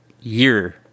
year